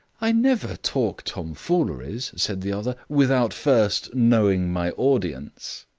i never talk tomfooleries, said the other, without first knowing my audience.